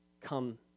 come